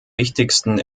wichtigsten